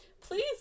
please